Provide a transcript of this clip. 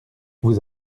vous